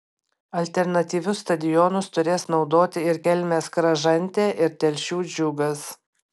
alternatyvius stadionus turės naudoti ir kelmės kražantė ir telšių džiugas